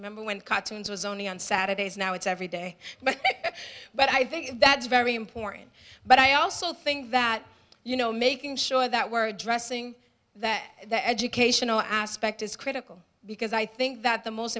remember when cartoons were only on saturdays now it's every day but but i think that's very important but i also think that you know making sure that we're addressing that the educational aspect is critical because i think that the most